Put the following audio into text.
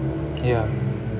ya